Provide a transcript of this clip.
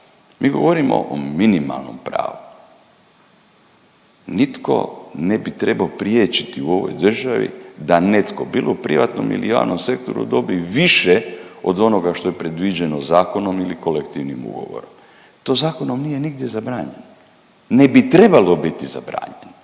mi govorimo o minimalnom pravu. Nitko ne bi trebao priječiti u ovoj državi da netko, bilo u privatnom ili javnom sektoru dobi više od onoga što je predviđeno zakonom ili kolektivnim ugovorom. To zakonom nije nigdje zabranjeno. Ne bi trebalo biti zabranjeno.